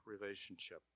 relationship